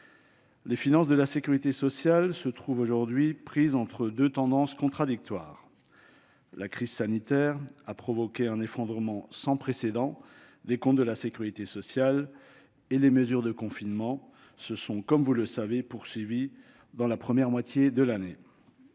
Les finances de la sécurité sociale se trouvent aujourd'hui prises entre deux tendances contradictoires : la crise sanitaire a provoqué un effondrement sans précédent des comptes de la sécurité sociale, les mesures de confinement s'étant poursuivies dans la première moitié de l'année.